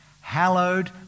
Hallowed